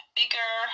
bigger